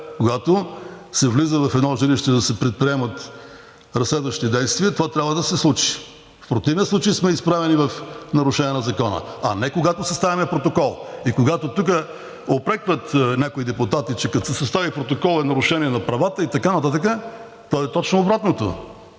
Когато се влиза в едно жилище да се предприемат разследващи действия, това трябва да се случи, в противен случай сме изправени в нарушение на Закона, а не когато съставяме протокол. И когато тук упрекват някои депутати, че като се състави протокол, е нарушение на правата и така нататък, то е точно обратното